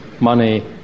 money